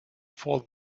for